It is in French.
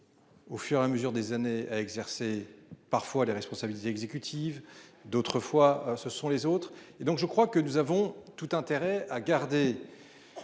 Au fur et à mesure des années à exercer parfois les responsabilités exécutives d'autrefois. Ce sont les autres et donc je crois que nous avons tout intérêt à garder.